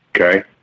okay